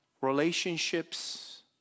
relationships